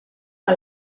que